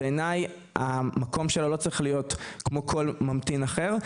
בעיניי המקום שלו לא צריך להיות כמו כל ממתין אחר,